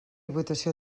votació